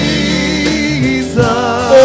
Jesus